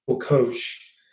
coach